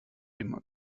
immer